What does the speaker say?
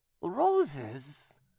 roses